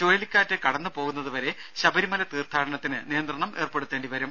ചുഴലിക്കാറ്റ് കടന്നുപോകുന്നതുവരെ ശബരിമല തീർത്ഥാടനത്തിന് നിയന്ത്രണം ഏർപ്പെടുത്തേണ്ടിവരും